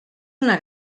una